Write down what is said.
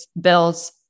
bills